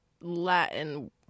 Latin